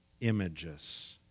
images